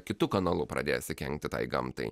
kitu kanalu pradėsi kenkti tai gamtai